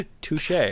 Touche